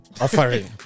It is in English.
offering